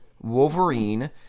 Wolverine